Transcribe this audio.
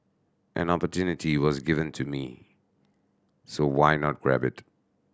an opportunity was given to me so why not grab it